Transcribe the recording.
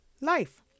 life